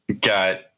got